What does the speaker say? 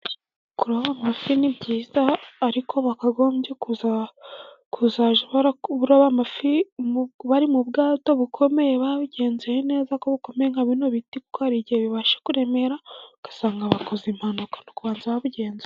Kuroba amafi ni byiza, ariko bakagombye ukuzajya bararoba bari mu bwato bukomeye, babugenzuye neza ko bukomeye ,nka bino biti kuko hari igihe bibasha kuremera ugasanga bakoze impanuka, ni ukubanza babigenzura.